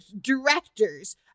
directors